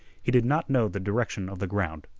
he did not know the direction of the ground.